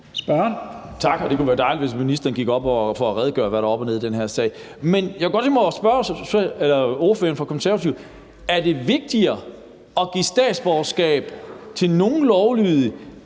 (UFG): Tak. Det kunne være dejligt, hvis ministeren gik op og redegjorde for, hvad der er op og ned i den her sag. Jeg kunne godt tænke mig at spørge ordføreren for Konservative: Er det vigtigere at give statsborgerskab til nogle lovlydige,